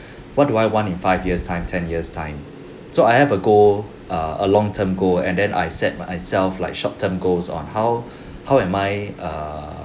what do I want in five years time ten years time so I have a goal err a long term goal and then I set myself like short term goals on how how am I err